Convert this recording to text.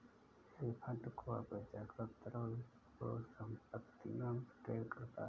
hedge fund जो अपेक्षाकृत तरल परिसंपत्तियों में ट्रेड करता है